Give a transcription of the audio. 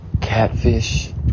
catfish